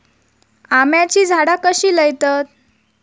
आम्याची झाडा कशी लयतत?